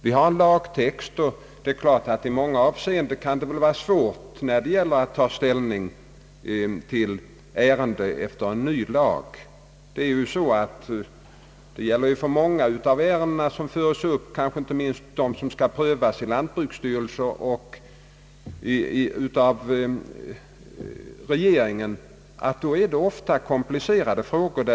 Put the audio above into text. Vi har en lagtext, och det är klart att det i många avseenden kan vara svårt att ta ställning till ett ärende efter en ny lag. Det gäller för många av de ärenden som tas upp, kanske inte minst dem som skall prövas i lantbruksstyrelsen och av regeringen, att det är komplicerade frågor.